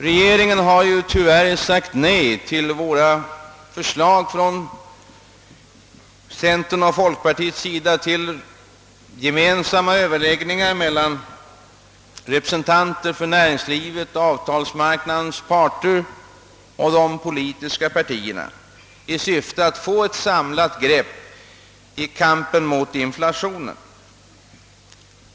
Regeringen har tyvärr sagt nej till förslag från centerns och folkpartiets sida om gemensamma överläggningar mellan representanter för näringslivets och avtalsmarknadens parter och de politiska partierna i syfte att få ett samlat grepp i kampen mot inflationen.